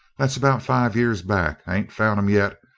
that's about five years back. i ain't found him yet,